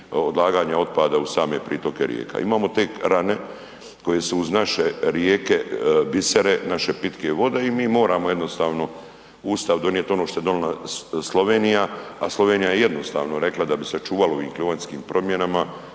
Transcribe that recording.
odlaganja otpada uz same pritoke rijeka. Imamo te rane koje su uz naše rijeke bisere, naše pitke vode i moramo jednostavno u Ustav donijet ono što je donila Slovenija, a Slovenija je jednostavno rekla da bi sačuvala u ovim klimatskim promjenama,